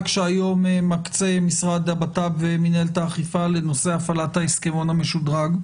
שהיום מקצה משרד הבט"פ ומנהלת האכיפה לנושא הפעלת ההסכמון המשודרג?